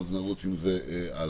ואז נרוץ עם זה הלאה.